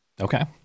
Okay